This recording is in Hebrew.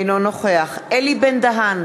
אינו נוכח אלי בן-דהן,